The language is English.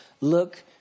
Look